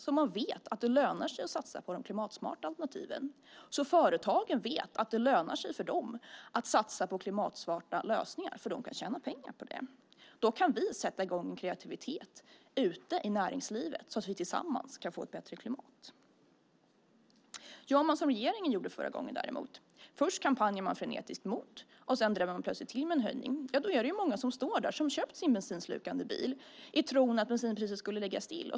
Då vet man att det lönar sig att satsa på de klimatsmarta alternativen, och företagen vet att det lönar sig för dem att satsa på klimatsmarta lösningar. De kan nämligen tjäna pengar på detta. Då kan vi sätta i gång med kreativitet ute i näringslivet så att vi tillsammans kan få ett bättre klimat. Gör man däremot som regeringen gjorde förra gången - först kampanjar man frenetiskt mot koldioxidskatten, och sedan drämmer man till med en höjning - står många där med sin bensinslukande bil i tron att bensinpriset ska ligga stilla.